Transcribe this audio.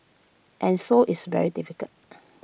and so it's very difficult